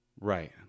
Right